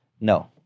No